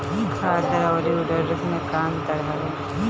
खादर अवरी उर्वरक मैं का अंतर हवे?